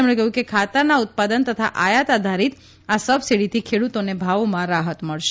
તેમણે કહ્યું કે ખાતરના ઉત્પાદન તથા આયત આધારીત આ સબસીડીથી ખેડૂતોને ભાવોમાં રાહત મળશે